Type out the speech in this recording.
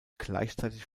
gleichzeitig